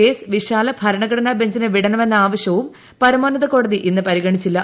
case വിശാല ഭരണഘടനാ ബഞ്ചിന് വിടണമെന്ന ആവശ്യവും പരമോന്നത കോടതി ഇന്ന് പരിഗണിച്ചില്ല